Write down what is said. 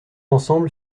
ensemble